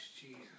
Jesus